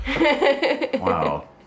wow